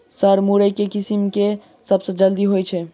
Sir मुरई केँ किसिम केँ सबसँ जल्दी होइ छै?